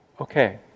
Okay